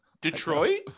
Detroit